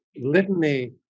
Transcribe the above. litany